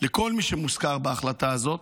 לכל מי שמוזכר בהחלטה הזאת,